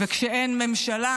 וכשאין ממשלה,